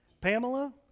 Pamela